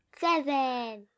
Seven